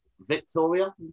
Victoria